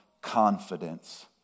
confidence